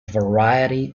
variety